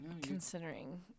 Considering